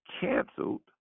canceled